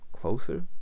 Closer